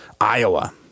Iowa